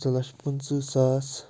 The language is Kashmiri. زٕ لَچھ پٕنٛژٕ ساس